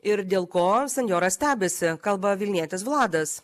ir dėl ko senjoras stebisi kalba vilnietis vladas